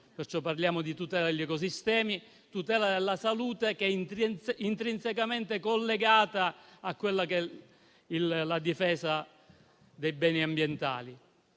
perciò parliamo di tutela degli ecosistemi e della salute, che è intrinsecamente collegata alla difesa dei beni ambientali.